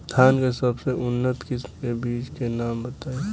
धान के सबसे उन्नत किस्म के बिज के नाम बताई?